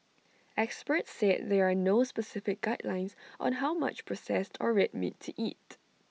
experts said there are no specific guidelines on how much processed or red meat to eat